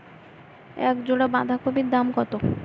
এক জোড়া বাঁধাকপির দাম কত?